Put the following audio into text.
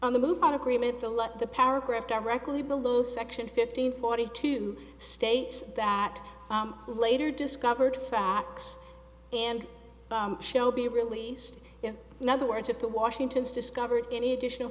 on the move on agreement to let the paragraph directly below section fifteen forty two states that later discovered facts and shall be released in other words if the washington's discovered any additional